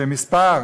שמספר,